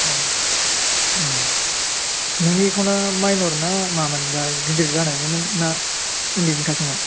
औ नोंनि एकाउन्टआ माइनर ना मामोन ना गिदिर जानायमोनना उन्दैनि खासोमोन